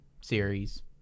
series